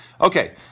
Okay